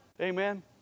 Amen